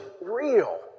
real